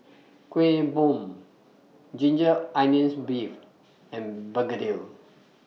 Kuih Bom Ginger Onions Beef and Begedil